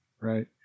right